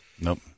Nope